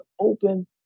open